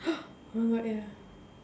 oh my god ya